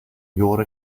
your